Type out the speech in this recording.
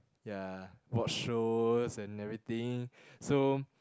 ya watch shows and everything so